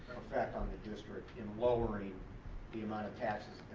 effect on the district in lowering the amount of taxes